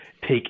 take